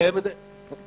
גם הן פחותות.